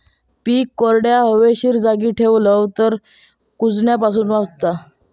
पीक कोरड्या, हवेशीर जागी ठेवलव तर कुजण्यापासून वाचता